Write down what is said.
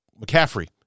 McCaffrey